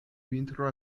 vintro